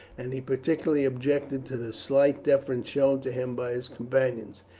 and he particularly objected to the slight deference shown to him by his companions,